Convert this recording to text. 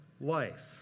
life